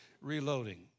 reloading